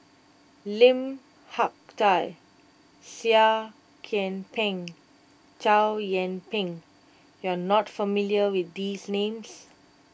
Lim Hak Tai Seah Kian Peng Chow Yian Ping you are not familiar with these names